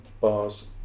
bars